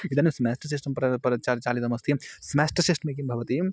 इदानीं semester system प्रार् पर् चाल् चालितमस्ति समेस्टिर् सिस्टमे किं भवति